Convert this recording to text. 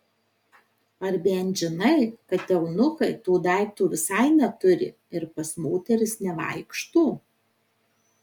ar bent žinai kad eunuchai to daikto visai neturi ir pas moteris nevaikšto